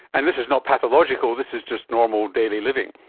and this is not pathological, this is just normal daily living.